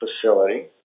facility